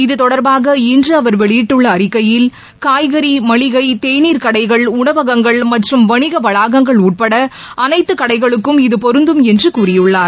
இத்தொடர்பாக இன்று அவர் வெளியிட்டுள்ள அறிக்கையில் காய்கறி மளிகை தேனீர் கடைகள் உணவகங்கள் மற்றும் வணிக வளாகங்கள் உட்பட அனைத்து கடைகளுக்கும் இது பொருந்தும் என்று கூறியுள்ளார்